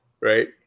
Right